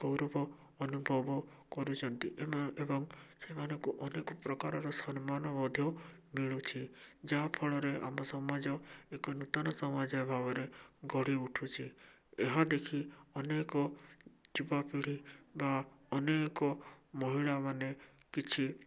ଗୌରବ ଅନୁଭବ କରୁଛନ୍ତି ଏବଂ ଏବଂ ସେମାନଙ୍କୁ ଅନେକ ପ୍ରକାରର ସମ୍ମାନ ମଧ୍ୟ ମିଳୁଛି ଯାହାଫଳରେ ଆମ ସମାଜ ଏକ ନୂତନ ସମାଜ ଭାବରେ ଗଢ଼ି ଉଠୁଛି ଏହା ଦେଖି ଅନେକ ଯୁବାପିଢ଼ି ବା ଅନେକ ମହିଳାମାନେ କିଛି